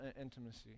intimacy